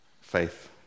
faith